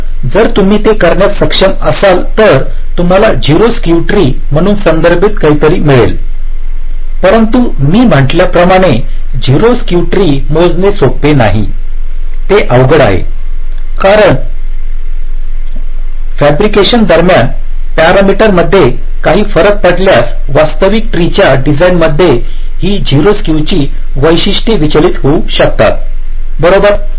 तर जर तुम्ही ते करण्यास सक्षम असाल तर तुम्हाला 0 स्क्यू ट्री म्हणून संदर्भित काहीतरी मिळेल परंतु मी म्हटल्याप्रमाणे 0 स्क्यू ट्री मोजणे हे सोपे नाही हे अवघड आहे आणि फॅब्रिकेशन दरम्यान पॅरामीटरमध्ये काही फरक पडल्यास वास्तविक ट्रीच्या डिझाइनमध्ये ही 0 स्क्यूचि वैशिष्ट्ये विचलित होऊ शकतात बरोबर